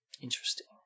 Interesting